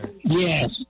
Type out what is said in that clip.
Yes